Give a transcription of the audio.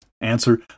Answer